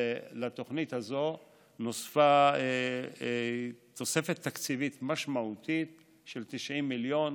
לתוכנית הזו נוספה תוספת תקציבית משמעותית של 90 מיליון,